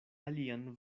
alian